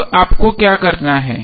अब आपको क्या करना है